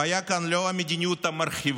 הבעיה כאן היא לא המדיניות המרחיבה